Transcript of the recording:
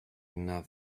not